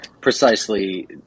precisely